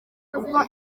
ubwo